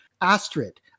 Astrid